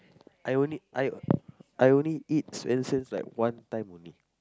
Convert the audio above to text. I only I I only eat Swensens like one time only